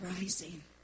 rising